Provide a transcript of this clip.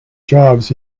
jobs